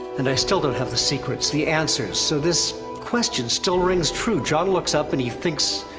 and i still don't have the secrets, the answers, so this question still rings true, jon looks up and he thinks